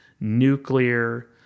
nuclear